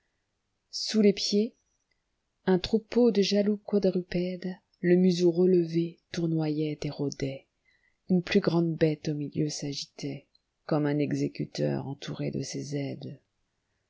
sous les pieds un troupeau de jaloux quadrupèdes le museau relevé tournoyait et rôdait une plus grande bête au milieu s'agitaitcomme un exécuteur ento iré de ses aides